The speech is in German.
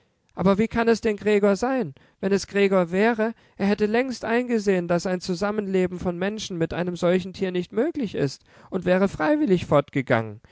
aber wie kann es denn gregor sein wenn es gregor wäre er hätte längst eingesehen daß ein zusammenleben von menschen mit einem solchen tier nicht möglich ist und wäre freiwillig fortgegangen